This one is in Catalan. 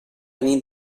nit